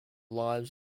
lives